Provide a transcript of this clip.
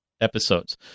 episodes